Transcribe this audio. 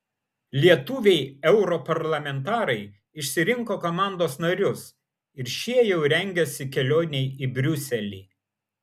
lietuviai europarlamentarai išsirinko komandos narius ir šie jau rengiasi kelionei į briuselį